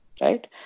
right